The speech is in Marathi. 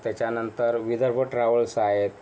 त्याच्या नंतर विदर्भ ट्रॅव्हल्स आहेत